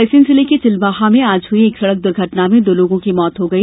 रायसेन जिले के चिलवाहा मे आज हुई एक सड़क दुर्घटना में दो लोगों की मौत हो गई